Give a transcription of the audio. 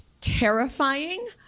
terrifying